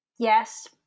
Yes